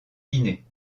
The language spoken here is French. guinée